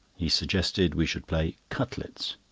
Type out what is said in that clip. he suggested we should play cutlets,